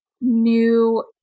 new